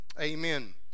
amen